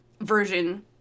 version